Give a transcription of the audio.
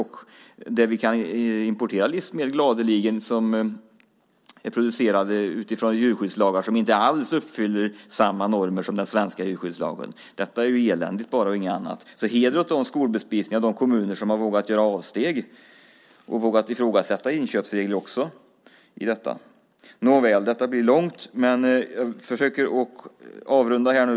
Vi kan gladeligen importera livsmedel som är producerade utifrån djurskyddslagar som inte alls uppfyller samma normer som den svenska djurskyddslagen. Detta är elände - inget annat. Heder åt de skolbespisningar och de kommuner som har vågat göra avsteg och vågat ifrågasätta inköpsregler. Nåväl. Detta anförande blir långt. Jag försöker nu avrunda.